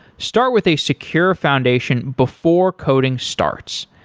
start with a secure foundation before coding starts.